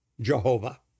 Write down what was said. Jehovah